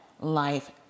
life